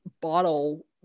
bottle